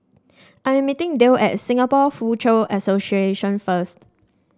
I am meeting Dale at Singapore Foochow Association first